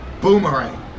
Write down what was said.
boomerang